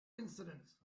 incidents